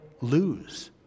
lose